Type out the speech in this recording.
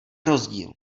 rozdíl